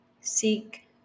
Seek